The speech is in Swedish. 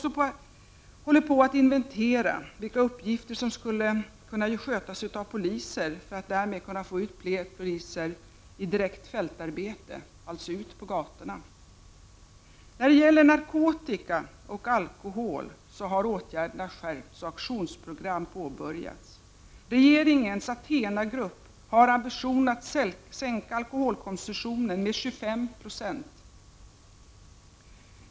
Vi håller också på att inventera vilka uppgifter som skulle kunna skötas av andra än polisen, för att därmed få ut fler poliser i direkt fältarbete på gatorna. När det gäller narkotika och alkohol har åtgärderna skärpts och aktionsprogram påbörjats. Regeringens ATHENA-grupp har ambitionen att sänka alkoholkonsumtionen i landet med 25 90.